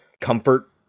comfort